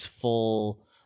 full